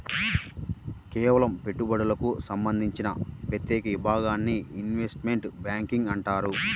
కేవలం పెట్టుబడులకు సంబంధించిన ప్రత్యేక విభాగాన్ని ఇన్వెస్ట్మెంట్ బ్యేంకింగ్ అంటారు